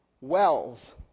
Wells